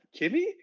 Kimmy